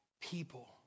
people